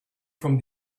from